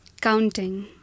counting